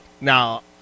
Now